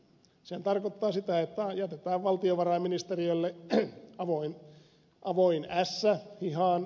sehän tarkoittaa sitä että jätetään valtiovarainministeriölle avoin ässä hihaan